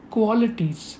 Qualities